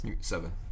seven